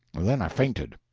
then i fainted.